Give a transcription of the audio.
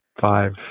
five